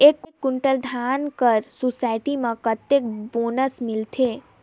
एक कुंटल धान कर सोसायटी मे कतेक बोनस मिलथे?